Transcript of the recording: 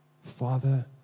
Father